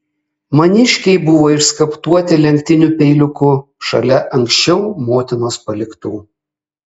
maniškiai buvo išskaptuoti lenktiniu peiliuku šalia anksčiau motinos paliktų